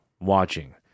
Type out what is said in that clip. watching